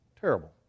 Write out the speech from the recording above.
terrible